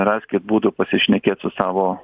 raskit būdų pasišnekėt su savo